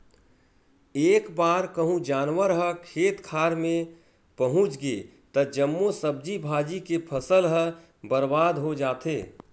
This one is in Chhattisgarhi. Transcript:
एक बार कहूँ जानवर ह खेत खार मे पहुच गे त जम्मो सब्जी भाजी के फसल ह बरबाद हो जाथे